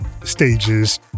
stages